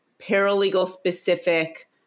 paralegal-specific